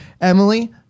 Emily